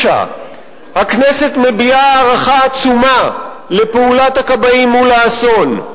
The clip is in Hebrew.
9. הכנסת מביעה הערכה עצומה לפעולת הכבאים מול האסון.